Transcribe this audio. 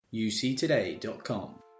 UcToday.com